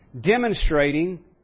demonstrating